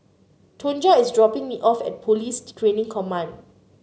Tonja is dropping me off at Police Training Command